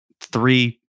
three